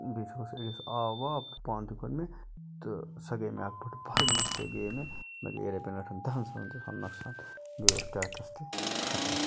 بیٚیہِ تروہَس أڑِس آب واب پانہِ تہِ کوٚر مےٚ تہٕ سۄ گٔے مےٚ اکھ بٔڑ بار مِسٹیک گٔیے مےٚ مےٚ گٔیے رۄپیَن دَہَن ساسَن نۄقصان بیٚیہِ اوس ٹریٚکٹرس تہِ خَطرٕ